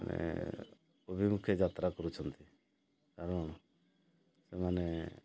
ମାନେ ଅଭିମୁଖେ ଯାତ୍ରା କରୁଛନ୍ତି କାରଣ ସେମାନେ